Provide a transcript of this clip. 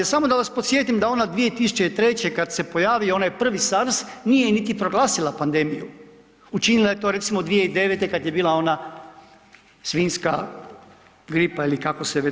Samo da vas podsjetim, da ona 2003. kad se pojavio onaj prvi SARS nije niti proglasila pandemiju, učinila je to recimo 2009. kad je bila ona svinjska gripa ili kako se već zvala.